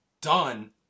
done